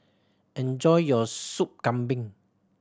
enjoy your Sup Kambing